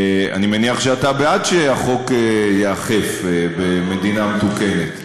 אני מניח שאתה בעד שהחוק ייאכף במדינה מתוקנת.